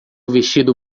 vestido